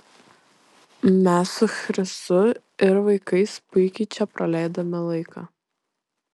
mes su chrisu ir vaikais puikiai čia praleidome laiką